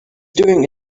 doing